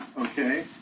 Okay